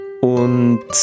Und